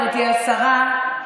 גברתי השרה,